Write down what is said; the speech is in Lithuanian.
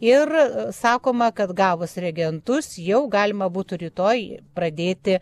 ir sakoma kad gavus reagentus jau galima būtų rytoj pradėti